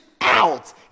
out